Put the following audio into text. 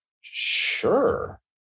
Sure